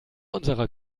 unserer